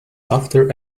after